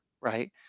right